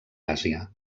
àsia